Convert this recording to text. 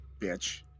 bitch